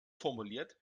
formuliert